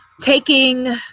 taking